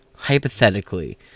hypothetically